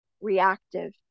reactive